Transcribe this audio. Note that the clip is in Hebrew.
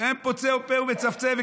אין פוצה פה ומצפצף,